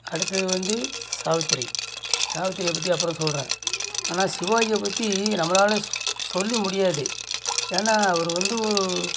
அடுத்தது வந்து சாவித்திரி சாவித்திரியை பற்றி அப்புறம் சொல்கிறேன் ஆனால் சிவாஜியை பற்றி நம்பளால் ஸ் சொல்லி முடியாது ஏனால் அவரு வந்து ஒரு